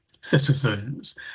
citizens